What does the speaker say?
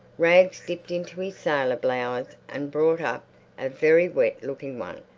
rags dipped into his sailor blouse and brought up a very wet-looking one,